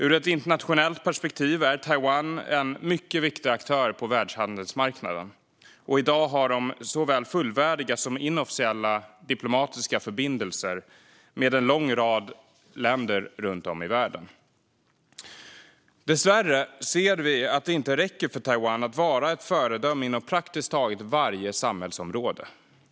Ur ett internationellt perspektiv är Taiwan en mycket viktig aktör på världshandelsmarknaden, och i dag har landet såväl fullvärdiga som inofficiella diplomatiska förbindelser med en lång rad länder runt om i världen. Dessvärre ser vi att det inte räcker för Taiwan att vara ett föredöme inom praktiskt taget varje samhällsområde.